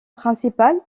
principal